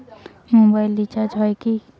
Mobile recharge হয় কি?